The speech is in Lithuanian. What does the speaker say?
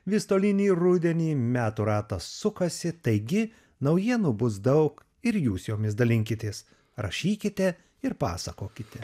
vis tolyn į rudenį metų ratas sukasi taigi naujienų bus daug ir jūs jomis dalinkitės rašykite ir pasakokite